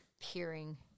peering